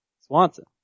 Swanson